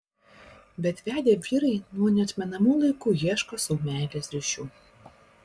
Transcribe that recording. bet vedę vyrai nuo neatmenamų laikų ieško sau meilės ryšių